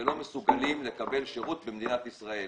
ולא מסוגלים לקבל שירות במדינת ישראל,